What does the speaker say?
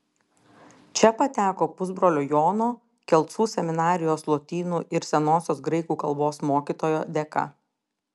čia pateko pusbrolio jono kelcų seminarijos lotynų ir senosios graikų kalbos mokytojo dėka